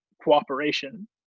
cooperation